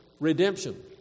redemption